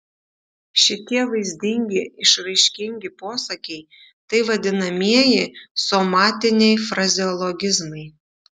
šitie vaizdingi išraiškingi posakiai tai vadinamieji somatiniai frazeologizmai